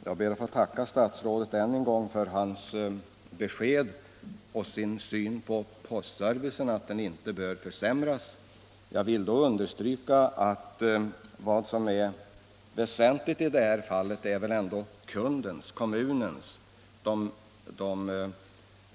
Herr talman! Jag ber att få tacka statsrådet för beskedet om hans uppfattning att postservicen på landsbygden inte bör försämras. Jag vill understryka att det väsentliga måste vara den uppfattning som kommunen och de